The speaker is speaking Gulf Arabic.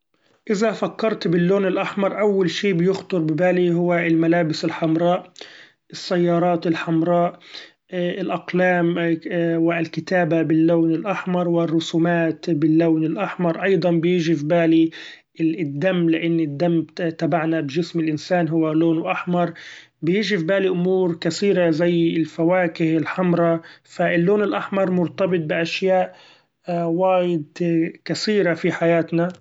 إذا فكرت باللون الأحمر; أول شي بيخطر ببالي هو الملابس الحمراء السيارات الحمراء الأقلام والكتابة باللون الأحمر والرسومات باللون الأحمر، أيضا بييجي في بالي الدم لأن الدم تبعنا بچسم الإنسإن هو لونه أحمر، بيچي في بالي أمور كثيرة زي الفواكه الحمرا ف اللون الأحمر مرتبط بأشياء وايد كثيرة في حياتنا.